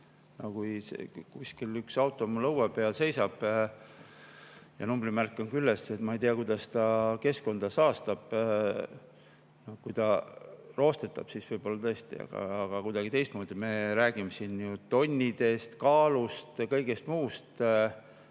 No kui üks auto mul õue peal seisab ja numbrimärk on küljes – ma ei tea, kuidas ta keskkonda saastab. Kui ta roostetab, siis võib-olla tõesti. Aga kuidagi teistmoodi? Me räägime siin ju tonnidest, kaalust, kõigest muust.